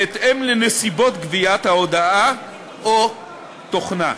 בהתאם לנסיבות גביית ההודאה או תוכנה.